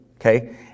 okay